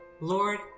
lord